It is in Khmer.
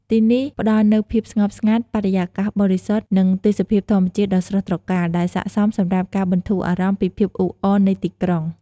ទីនេះផ្ដល់នូវភាពស្ងប់ស្ងាត់ បរិយាកាសបរិសុទ្ធ និងទេសភាពធម្មជាតិដ៏ស្រស់ត្រកាល ដែលស័ក្តិសមសម្រាប់ការបន្ធូរអារម្មណ៍ពីភាពអ៊ូអរនៃទីក្រុង។